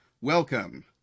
welcome